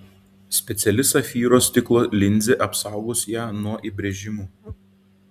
speciali safyro stiklo linzė apsaugos ją nuo įbrėžimų